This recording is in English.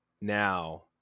now